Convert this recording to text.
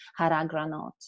Haragranot